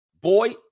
boy